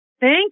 thank